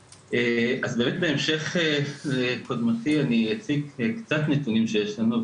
באמת בהמשך לקודמתי, אני אציג קצת נתונים שיש לנו.